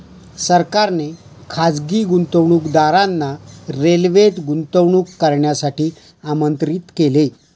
सरकारने खासगी गुंतवणूकदारांना रेल्वेत गुंतवणूक करण्यासाठी आमंत्रित केले